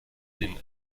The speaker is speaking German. den